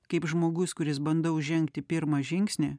kaip žmogus kuris bandau žengti pirmą žingsnį